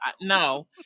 no